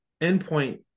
endpoint